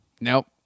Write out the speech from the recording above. Nope